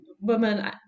women